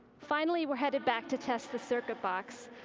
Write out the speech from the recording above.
finally, we're headed back to test the circuit box.